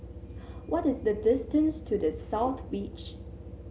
what is the distance to The South Beach